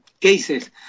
cases